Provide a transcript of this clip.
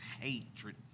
hatred